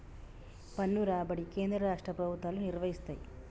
పన్ను రాబడి కేంద్ర రాష్ట్ర ప్రభుత్వాలు నిర్వయిస్తయ్